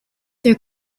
their